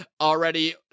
already